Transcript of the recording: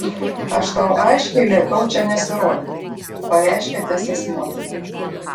aš tau aiškiai liepiau čia nesirodyti pareiškė tesės motina